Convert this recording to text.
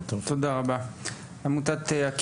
(יו"ר יוסף טייב, 10:27) תודה רבה.